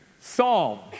psalm